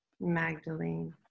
magdalene